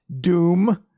Doom